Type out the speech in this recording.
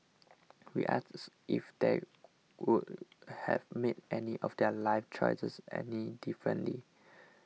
we if they would have made any of their life choices any differently